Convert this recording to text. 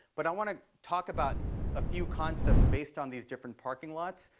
but i want to talk about a few concepts based on these different parking lots.